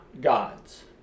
god's